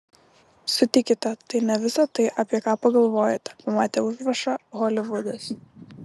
sutikite tai ne visai tai apie ką pagalvojate pamatę užrašą holivudas